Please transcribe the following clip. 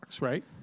right